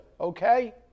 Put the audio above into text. okay